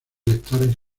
lectores